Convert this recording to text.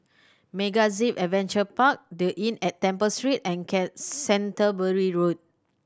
MegaZip Adventure Park The Inn at Temple Street and Canterbury Road